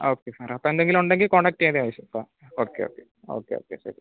ആ ഓക്കെ സാറെ അപ്പം എന്തെങ്കിലും ഉണ്ടെങ്കിൽ കോണ്ടാക്ട് ചെയ്താൽ മതി അപ്പം ഓക്കെ ഓക്കെ ആ ഓക്കെ ഓക്കെ ശരി